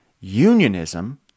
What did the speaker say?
unionism